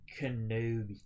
Kenobi